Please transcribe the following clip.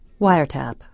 wiretap